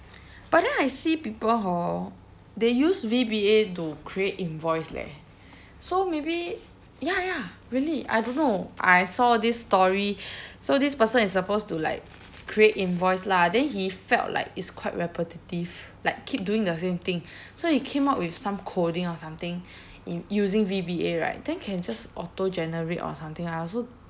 but then I see people hor they use V_B_A to create invoice leh so maybe ya ya really I don't know I saw this story so this person is supposed to like create invoice lah then he felt like it's quite repetitive like keep doing the same thing so he came up with some coding or something in using V_B_A right then can just auto generate or something I also